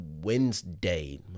Wednesday